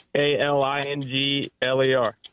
A-L-I-N-G-L-E-R